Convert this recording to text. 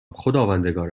خداوندگار